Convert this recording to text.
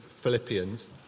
Philippians